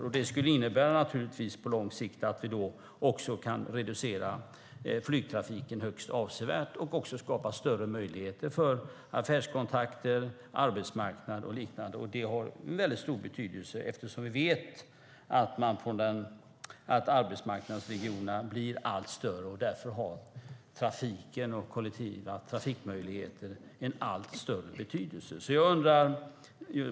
På lång sikt skulle det innebära att vi kunde reducera flygtrafiken högst avsevärt och dessutom skapa större möjligheter för affärskontakter, arbetsmarknad och liknande. Det har stor betydelse eftersom vi vet att arbetsmarknadsregionerna blir allt större, och därmed får trafiken och de kollektiva trafikmöjligheterna också en allt större betydelse.